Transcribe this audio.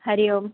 Hari Om